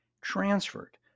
transferred